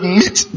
meet